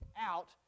out